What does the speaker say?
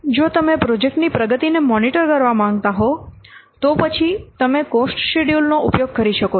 જો તમે પ્રોજેક્ટની પ્રગતિને મોનિટર કરવા માંગતા હો તો પછી તમે કોસ્ટ શેડ્યૂલ નો ઉપયોગ કરી શકો છો